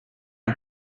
are